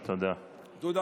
תודה, תודה.